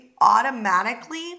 automatically